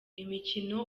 imikino